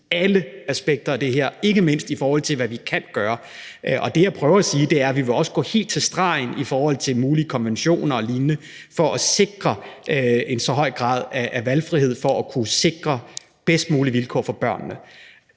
alle aspekter af det her, ikke mindst i forhold til hvad vi kan gøre. Det, jeg prøver at sige, er, at vi også vil gå helt til stregen i forhold til mulige konventioner og lignende for at sikre en så høj grad af valgfrihed som muligt for at kunne sikre de bedst mulige vilkår for børnene.